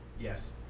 yes